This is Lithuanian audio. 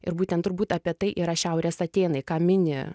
ir būtent turbūt apie tai yra šiaurės atėnai ką mini